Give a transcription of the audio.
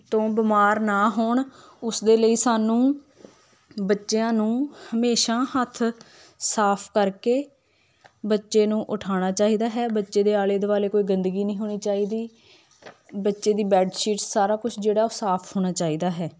ਤੋਂ ਬਿਮਾਰ ਨਾ ਹੋਣ ਉਸ ਦੇ ਲਈ ਸਾਨੂੰ ਬੱਚਿਆਂ ਨੂੰ ਹਮੇਸ਼ਾ ਹੱਥ ਸਾਫ ਕਰਕੇ ਬੱਚੇ ਨੂੰ ਉਠਾਉਣਾ ਚਾਹੀਦਾ ਹੈ ਬੱਚੇ ਦੇ ਆਲੇ ਦੁਆਲੇ ਕੋਈ ਗੰਦਗੀ ਨਹੀਂ ਹੋਣੀ ਚਾਹੀਦੀ ਬੱਚੇ ਦੀ ਬੈਡ ਸ਼ੀਟਸ ਸਾਰਾ ਕੁਝ ਜਿਹੜਾ ਉਹ ਸਾਫ ਹੋਣਾ ਚਾਹੀਦਾ ਹੈ